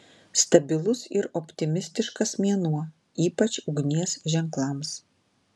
stabilus ir optimistiškas mėnuo ypač ugnies ženklams